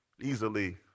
easily